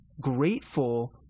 grateful